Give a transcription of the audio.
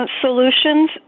solutions